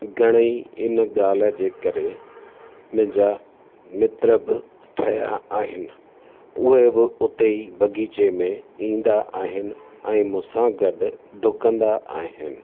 घणेई इन ॻाल्हि जे करे मुंहिंजा मित्र बि ठहिया आहिनि उहे बि उते ई बग़ीचे में ईंदा आहिनि ऐं मूंसां गॾु डुकंदा आहिनि